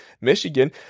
Michigan